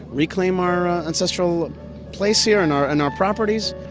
reclaim our ancestral place here, and our and our properties.